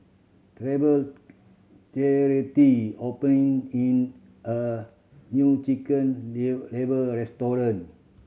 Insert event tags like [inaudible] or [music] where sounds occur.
Treva [unintelligible] opened in a new chicken [unintelligible] liver restaurant